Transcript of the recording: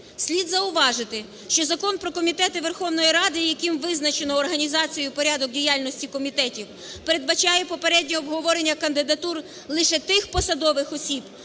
Слід зауважити, що Закон про комітети Верховної Ради, яким визначено організацію і порядок діяльності комітетів, передбачає попереднє обговорення кандидатур лише тих посадових осіб,